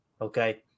Okay